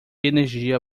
energia